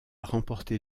remporté